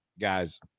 guys